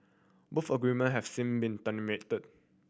both agreement have since been terminated